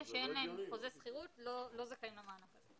אלה שאין להם חוזה שכירות לא זכאים למענק הזה.